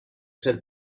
ser